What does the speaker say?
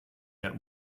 der